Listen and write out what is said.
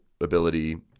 ability